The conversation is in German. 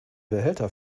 behälter